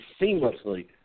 seamlessly